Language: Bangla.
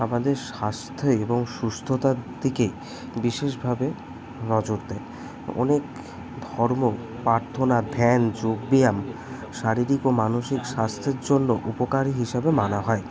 আমাদের স্বাস্থ্যে এবং সুস্থতার দিকে বিশেষভাবে নজর দেয় অনেক ধর্ম প্রার্থনা ধ্যান যোগ ব্যায়াম শারীরিক ও মানসিক স্বাস্থ্যের জন্য উপকারী হিসাবে মানা হয়